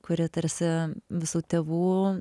kuri tarsi visų tėvų